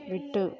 விட்டு